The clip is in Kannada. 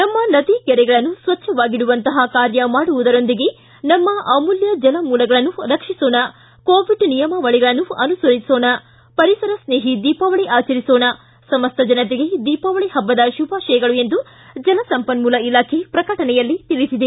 ನಮ್ಮ ನದಿ ಕೆರೆಗಳನ್ನು ಸ್ವಚ್ಛವಾಗಿಡುವಂತಪ ಕಾರ್ಯ ಮಾಡುವುದರೊಂದಿಗೆ ನಮ್ಮ ಅಮೂಲ್ತ ಜಲಮೂಲಗಳನ್ನು ರಕ್ಷಿಸೋಣ ಕೋವಿಡ್ ನಿಯಮಾವಳಿಗಳನ್ನು ಅನುಸರಿಸೋಣ ಪರಿಸರ ಸ್ನೇಹಿ ದೀಪಾವಳಿ ಆಚರಿಸೋಣ ಸಮಸ್ತ ಜನತೆಗೆ ದಿಪಾವಳಿ ಹಬ್ಬದ ಶುಭಾಶಯಗಳು ಎಂದು ಜಲ ಸಂಪನ್ನೂಲ ಇಲಾಖೆ ಪ್ರಕಟಣೆಯಲ್ಲಿ ತಿಳಿಸಿದೆ